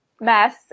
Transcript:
mess